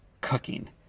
cooking